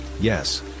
yes